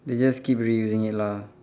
they just keep reusing it lah